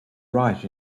right